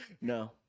No